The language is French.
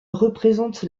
représente